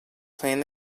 playing